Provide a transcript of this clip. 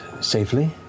safely